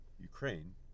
Ukraine